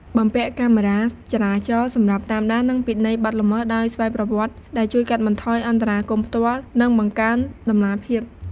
បំពាក់កាមេរ៉ាចរាចរណ៍ សម្រាប់តាមដាន និងពិន័យបទល្មើសដោយស្វ័យប្រវត្តិ ដែលជួយកាត់បន្ថយអន្តរាគមន៍ផ្ទាល់ និងបង្កើនតម្លាភាព។